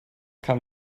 kam